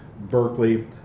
Berkeley